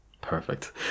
Perfect